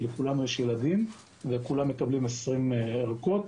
כי לכולנו יש ילדים וכולם מקבלים 20 ערכות.